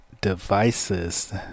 devices